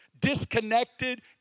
disconnected